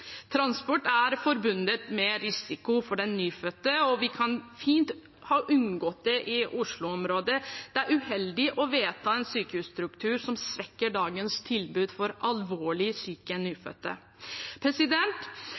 Transport er forbundet med risiko for den nyfødte, og vi kunne fint ha unngått det i Oslo-området. Det er uheldig å vedta en sykehusstruktur som svekker dagens tilbud til alvorlig syke